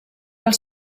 als